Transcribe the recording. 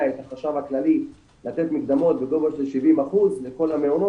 את החשב הכללי לתת מקדמות בגובה של 70% לכל המעונות